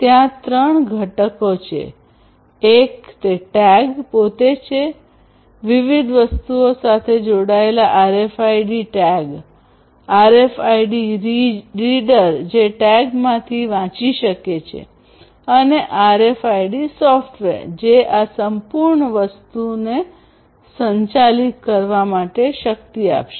ત્યાં 3 ઘટકો છે એક તે ટેગ પોતે છે વિવિધ વસ્તુઓ સાથે જોડાયેલ આરએફઆઈડી ટેગ આરએફઆઈડી રીડર જે ટેગમાંથી વાંચી શકે છે અને આરએફઆઈડી સોફ્ટવેર જે આ સંપૂર્ણ વસ્તુને સંચાલિત કરવા માટે શક્તિ આપશે